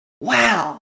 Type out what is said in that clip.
Wow